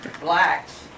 blacks